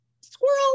squirrel